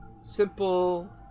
simple